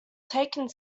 take